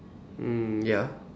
mm ya